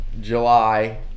July